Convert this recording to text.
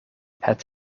het